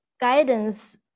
guidance